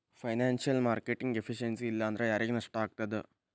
Financial marketing efficiency ಇಲ್ಲಾಂದ್ರ ಯಾರಿಗ್ ನಷ್ಟಾಗ್ತದ?